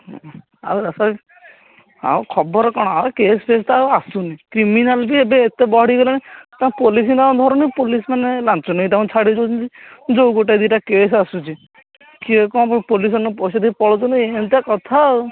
ଆଉ ଦାସବାବୁ ଆଉ ଖବର କ'ଣ ଆଉ କେସ୍ ଫେସ୍ ତ ଆଉ ଆସୁନି କ୍ରିମିନାଲ୍ ବି ଏବେ ଆଉ ଏତେ ବଢ଼ି ଗଲେଣି ତା'କୁ ପୋଲିସ୍ କ'ଣ ଧରୁନି ପୋଲିସମାନେ ଲାଞ୍ଚ ନେଇକି ଛାଡ଼ି ଦେଉଛନ୍ତି ଯେଉଁ ଗୋଟେ ଦୁଇଟା କେସ୍ ଆସୁଛି କିଏ କ'ଣ ପୋଲିସ୍ମାନଙ୍କୁ ପଇସା ଦେଇକି ପଳାଉଛନ୍ତି ଏମିତିଆ କଥା ଆଉ